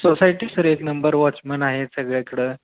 society sir एक number watchman आहे सगळ्याकडं